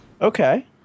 Okay